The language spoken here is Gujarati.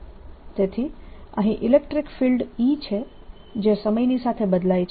તેથી અહીં ઇલેક્ટ્રીક ફિલ્ડ E છે જે સમયની સાથે બદલાય છે